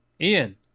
Ian